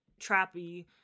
trappy-